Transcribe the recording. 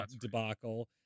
debacle